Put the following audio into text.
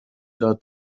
داد